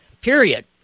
period